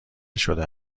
شده